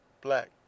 Black